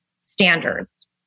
standards